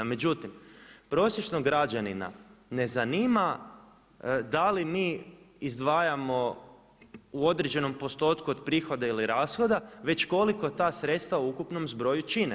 Međutim, prosječnog građanina ne zanima da li mi izdvajamo u određenom postotku od prihoda ili rashoda već koliko ta sredstva u ukupnom zbroju čine.